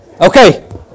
Okay